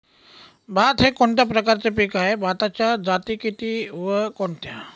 भात हे कोणत्या प्रकारचे पीक आहे? भाताच्या जाती किती व कोणत्या?